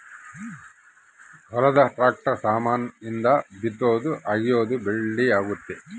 ಹೊಲದ ಟ್ರಾಕ್ಟರ್ ಸಾಮಾನ್ ಇಂದ ಬಿತ್ತೊದು ಅಗಿಯೋದು ಜಲ್ದೀ ಅಗುತ್ತ